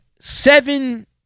seven